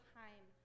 time